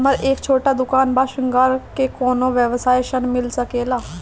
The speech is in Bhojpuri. हमर एक छोटा दुकान बा श्रृंगार के कौनो व्यवसाय ऋण मिल सके ला?